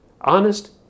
Honest